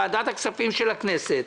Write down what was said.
ועדת הכספים של הכנסת,